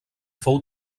fou